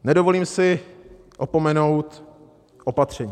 Nedovolím si opomenout opatření.